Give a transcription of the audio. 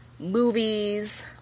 movies